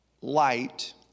light